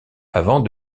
avant